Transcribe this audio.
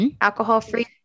alcohol-free